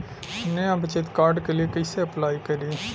नया बचत कार्ड के लिए कइसे अपलाई करी?